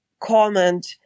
comment